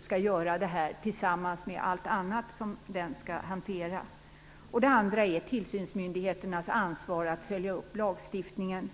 skall stå för det tillsammans med allt annat som den skall hantera. Den andra handlar om tillsynsmyndigheternas ansvar att följa upp lagstiftningen.